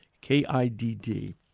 K-I-D-D